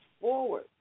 forward